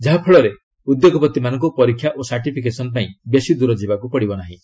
ଯାହାଫଳରେ ଉଦ୍ୟୋଗପତିମାନଙ୍କୁ ପରୀକ୍ଷା ଓ ସାର୍ଟିଫିକେସନ୍ ପାଇଁ ବେଶି ଦୂର ଯିବାକୁ ପଡ଼ିବ ନାହିଁ